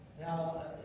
Now